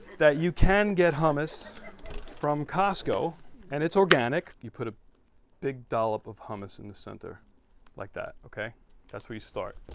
that you can get hummus from costco and it's organic. you put a big dollop of hummus in the center like that okay that's where we start.